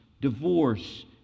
divorce